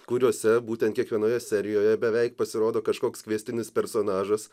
kuriose būtent kiekvienoje serijoje beveik pasirodo kažkoks kviestinis personažas